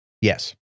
Yes